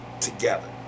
together